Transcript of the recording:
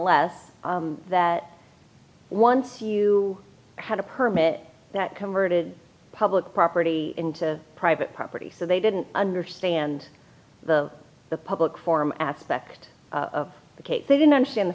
left that once you had a permit that converted public property into private property so they didn't understand the the public form aspect of the case they didn't understand the